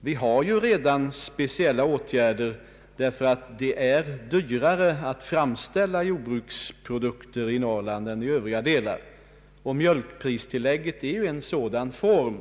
Vi vidtar redan nu speciella åtgärder i Norrland, därför att det är dyrare att framställa jordbruksprodukter där än i övriga delar av landet, och mjölkpristillägget är en sådan form.